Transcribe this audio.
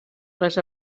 les